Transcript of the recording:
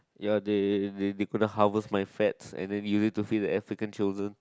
ya they they couldn't harvest my fats and then you need to feed the African children